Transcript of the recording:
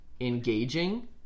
engaging